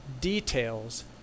details